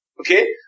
Okay